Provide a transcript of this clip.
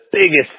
biggest